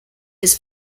his